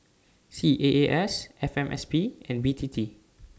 C A A S F M S P and B T T